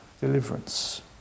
deliverance